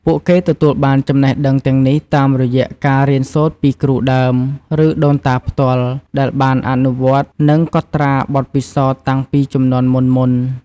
ពួកគេទទួលបានចំណេះដឹងទាំងនេះ តាមរយៈការរៀនសូត្រពីគ្រូដើម ឬដូនតាផ្ទាល់ ដែលបានអនុវត្តន៍ និងកត់ត្រាបទពិសោធន៍តាំងពីជំនាន់មុនៗ។